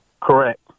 Correct